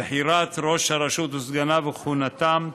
(בחירת ראש הרשות וסגניו וכהונתם),